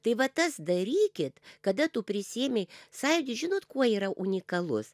tai va tas darykit kada tu prisiėmei sąjūdį žinot kuo yra unikalus